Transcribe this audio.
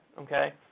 okay